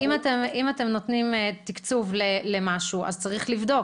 אם אתם נותנים תקצוב למשהו אז צריך לבדוק.